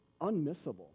unmissable